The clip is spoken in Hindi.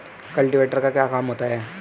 कल्टीवेटर का क्या काम होता है?